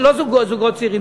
לא זוגות צעירים,